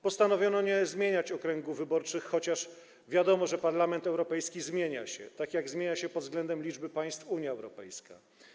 Postanowiono nie zmieniać okręgów wyborczych, chociaż wiadomo, że Parlament Europejski zmienia się, tak jak zmienia się pod względem liczby państw Unia Europejska.